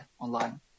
online